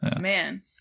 Man